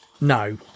no